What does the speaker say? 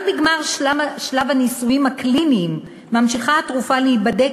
גם בגמר שלב הניסויים הקליניים ממשיכה התרופה להיבדק